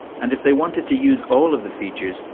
and if they wanted to use all of the features,